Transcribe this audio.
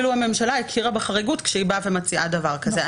אני אומרת שאפילו הממשלה הכירה בחריגות כשהיא באה ומציעה דבר כזה.